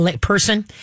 Person